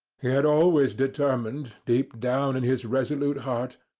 he had always determined, deep down in his resolute heart,